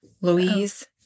Louise